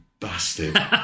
Bastard